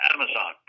Amazon